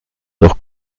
doch